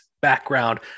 background